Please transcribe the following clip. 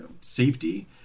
safety